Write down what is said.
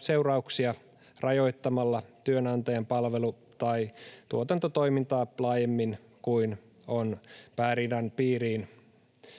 seurauksia rajoittamalla työnantajan palvelu- tai tuotantotoimintaa laajemmin kuin on tarpeen pääriidan